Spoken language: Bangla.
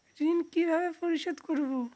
ঋণ কিভাবে পরিশোধ করব?